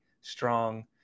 strong